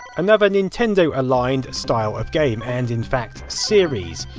another nintendo aligned style of game, and in fact, series,